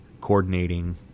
coordinating